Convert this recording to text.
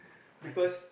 because